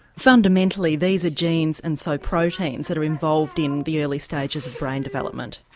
fundamentally these are genes, and so proteins that are involved in the early stages of brain development.